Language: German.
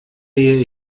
mähe